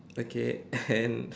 okay and